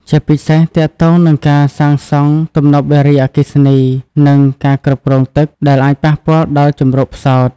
ជាពិសេសទាក់ទងនឹងការសាងសង់ទំនប់វារីអគ្គិសនី និងការគ្រប់គ្រងទឹក ដែលអាចប៉ះពាល់ដល់ជម្រកផ្សោត។